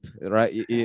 right